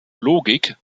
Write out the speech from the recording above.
logik